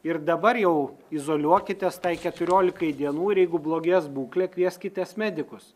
ir dabar jau izoliuokitės tai keturiolikai dienų ir jeigu blogės būklė kvieskitės medikus